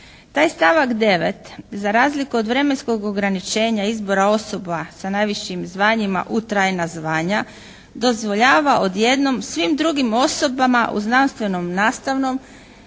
Taj stavak 9. za razliku od vremenskog ograničenja izbora osoba sa najvišim zvanjima u trajna zvanja dozvoljava odjednom svim drugim osobama u znanstvenom, nastavnom,